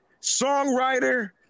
songwriter